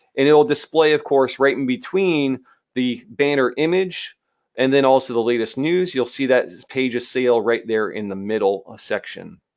and it will display, of course, right in between the banner image and then also the latest news. you'll see that page of sail right there in the middle ah section.